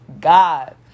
God